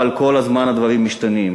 אבל כל הזמן הדברים משתנים.